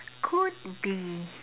could be